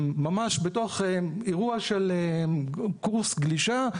ממש בתוך אירוע של קורס גלישה,